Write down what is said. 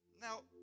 Now